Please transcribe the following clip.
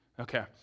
Okay